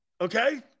Okay